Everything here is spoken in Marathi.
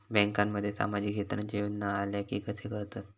बँकांमध्ये सामाजिक क्षेत्रांच्या योजना आल्या की कसे कळतत?